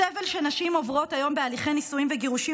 הסבל שנשים עוברות היום בהליכי נישואים וגירושים